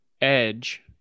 edge